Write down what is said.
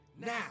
now